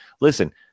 Listen